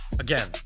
Again